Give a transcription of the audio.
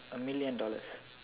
a million dollars